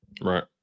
Right